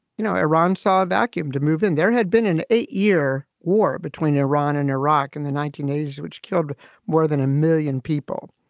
you know, iran saw a vacuum to move in. there had been an eight year war between iran and iraq in the nineteen eighty s, which killed more than a million people.